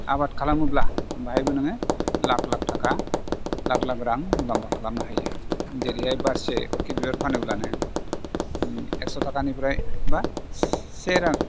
आबाद खालामोब्ला बाहायबो नोङो लाख लाखा थाखा लाख लाखा रां मुलाम्फा खालामनो हायो जेरैहाय बारसे अरखिद बिबार फानोब्लानो एक्स थाखानिफ्राय बा से रां